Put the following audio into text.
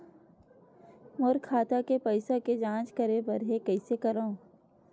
मोर खाता के पईसा के जांच करे बर हे, कइसे करंव?